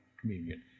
Communion